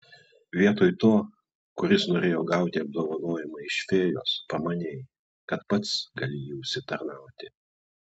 vietoj to kuris norėjo gauti apdovanojimą iš fėjos pamanei kad pats gali jį užsitarnauti